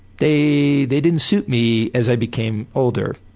they they didn't suit me as i became older,